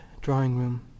drawing-room